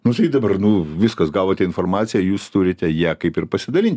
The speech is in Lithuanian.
nu tai dabar nu viskas gavote informaciją jūs turite ja kaip ir pasidalinti